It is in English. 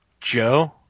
joe